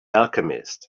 alchemist